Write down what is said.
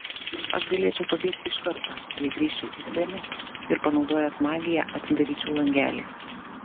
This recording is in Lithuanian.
aš galėčiau pabėgti iš karto jei grįžčiau į celę ir panaudojęs magiją atsidaryčiau langelį